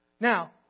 Now